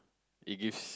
it gives